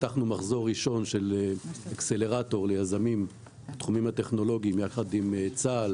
פתחנו מחזור ראשון של אקסלרטור ליזמים בתחומים הטכנולוגיים יחד עם צה"ל